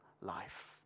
life